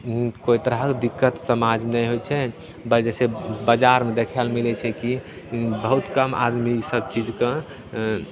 कोइ तरहके दिक्कत समाजमे नहि होइ छै बइ जइसे बजारमे देखैले मिलै छै कि बहुत कम आदमी ईसब चीजके